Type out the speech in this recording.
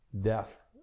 death